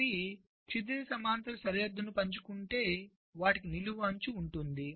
అవి క్షితిజ సమాంతర సరిహద్దును పంచుకుంటే వాటికి నిలువు అంచు ఉంటుంది